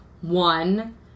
One